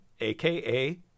aka